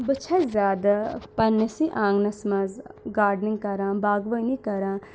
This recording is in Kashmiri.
بہٕ چھَس زیادٕ پنٛنِسٕی آنٛگنَس منٛز گاڈنِنٛگ کَران باغوٲنی کَران